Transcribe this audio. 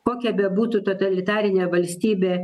kokia bebūtų totalitarinė valstybė